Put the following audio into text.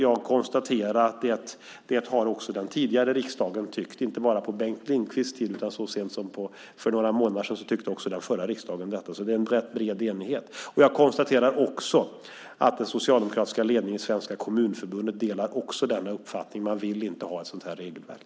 Jag konstaterar att så har också riksdagen tidigare tyckt - och inte bara på Bengt Lindqvists tid, utan så sent som för några månader sedan tyckte också den förra riksdagen detta. Det är alltså en rätt bred enighet. Jag konstaterar också att den socialdemokratiska ledningen i Svenska Kommunförbundet delar denna uppfattning. Man vill inte ha ett sådant här regelverk.